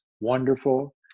wonderful